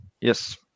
Yes